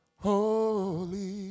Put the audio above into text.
holy